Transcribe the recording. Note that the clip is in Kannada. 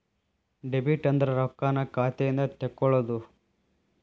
ಡೆಬಿಟ್ ಅಂದ್ರ ರೊಕ್ಕಾನ್ನ ಖಾತೆಯಿಂದ ತೆಕ್ಕೊಳ್ಳೊದು